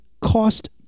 cost